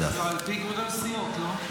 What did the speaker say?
זה על פי גודל הסיעות, לא?